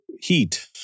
heat